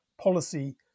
policy